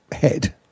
head